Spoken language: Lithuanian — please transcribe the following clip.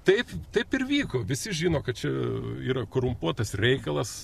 taip taip ir vyko visi žino kad čia yra korumpuotas reikalas